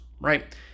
right